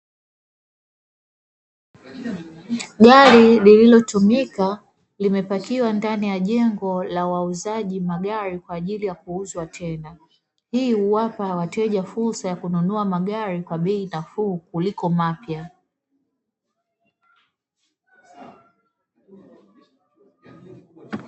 Gari lililotumika limepakiwa ndani ya jengo la wauzaji magari kwa ajili ya kuuzwa tena, hii huwapa wateja fursa ya kununua magari kwa bei nafuu kuliko mapya.